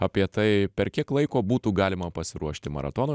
apie tai per kiek laiko būtų galima pasiruošti maratonui